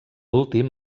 últim